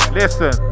listen